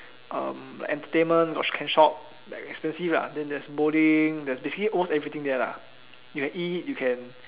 uh entertainment got can shop but expensive lah then there's bowling there's actually almost everything there lah you can eat you can